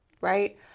right